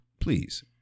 Please